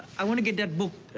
i want to get that book,